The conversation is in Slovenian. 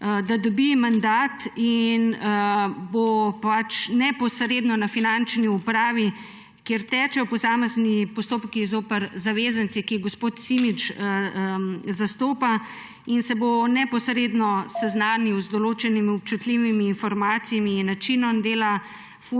dobi mandat in bo neposredno na finančni upravi, kjer tečejo posamezni postopki zoper zavezance, ki jih gospod Simič zastopa, in se bo neposredno seznanil z določenimi občutljivimi informacijami in načinom dela